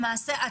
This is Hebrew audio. למעשה,